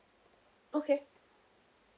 okay